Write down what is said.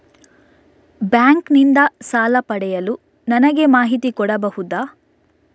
Bank ನಿಂದ ಸಾಲ ಪಡೆಯಲು ನನಗೆ ಮಾಹಿತಿ ಕೊಡಬಹುದ?